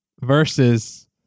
versus